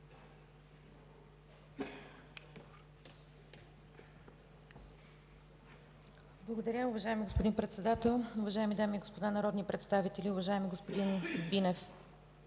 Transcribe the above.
(Атака): Уважаеми господин Председател, уважаеми дами и господа народни представители, уважаеми гости! Според